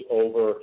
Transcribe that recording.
over